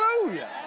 Hallelujah